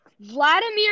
Vladimir